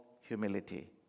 humility